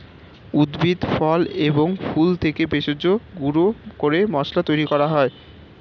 উদ্ভিদ, ফল এবং ফুল থেকে ভেষজ গুঁড়ো করে মশলা তৈরি করা হয়